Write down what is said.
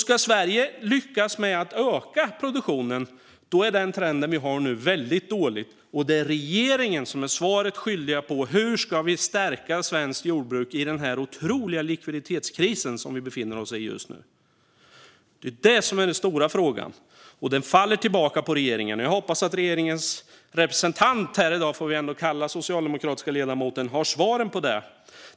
Ska Sverige lyckas med att öka produktionen är den trend vi har nu väldigt dålig. Det är regeringen som är svaret skyldig: Hur ska vi stärka svenskt jordbruk i den otroliga likviditetskris som vi just nu befinner oss i? Det är den stora frågan. Den faller tillbaka på regeringen. Jag hoppas att regeringens representant här i dag, som vi ändå får kalla den socialdemokratiska ledamoten, har svaren på det.